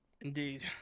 Indeed